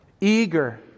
eager